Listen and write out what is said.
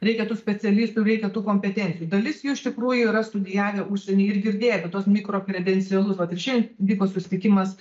reikia tų specialistų reikia tų kompetencijų dalis jų iš tikrųjų yra studijavę užsieny ir girdėję apie tuos mikro kredencialus vat ir šiandien vyko susitikimas